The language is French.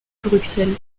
bruxelles